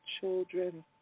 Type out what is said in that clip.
children